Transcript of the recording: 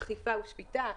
אכיפה ושפיטה,